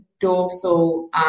dorsal